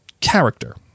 character